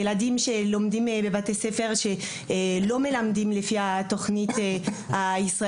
כשזה ילדים שלומדים בבתי הספר עם התוכנית הפלסטינית,